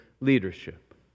leadership